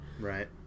Right